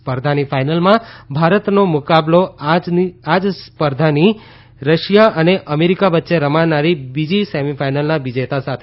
સ્પર્ધાની ફાઇનલમાં ભારતનો મુકાબલો આજ સ્પર્ધાની રશિયા અને અમેરિકા વચ્ચે રમાનારી બીજી સેમી ફાઇનલના વિજેતા સાથે થશે